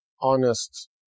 honest